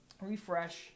Refresh